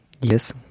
Yes